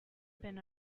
been